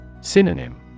Synonym